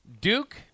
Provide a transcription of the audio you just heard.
Duke